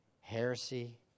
Heresy